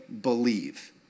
believe